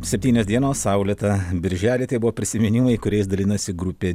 septynios dienos saulėtą birželį tai buvo prisiminimai kuriais dalinasi grupė